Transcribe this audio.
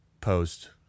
post